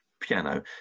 piano